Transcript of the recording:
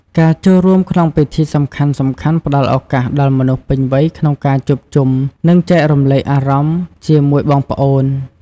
ការចូលរួមក្នុងពិធីសំខាន់ៗផ្ដល់ឱកាសដល់មនុស្សពេញវ័យក្នុងការជួបជុំ និងចែករំលែកអារម្មណ៍ជាមួយបងប្អូន។